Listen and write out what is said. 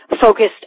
focused